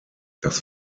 das